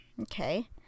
okay